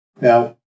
now